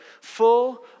full